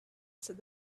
said